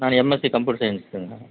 நான் MSc computer சயின்ஸுங்க